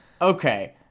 Okay